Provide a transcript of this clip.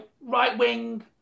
right-wing